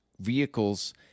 vehicles